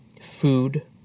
food